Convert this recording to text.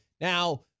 Now